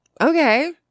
Okay